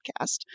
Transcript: podcast